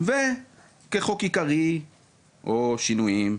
וכחוק עיקרי או שינויים.